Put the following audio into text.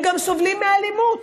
הם גם סובלים מאלימות.